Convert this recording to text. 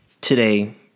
Today